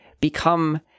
become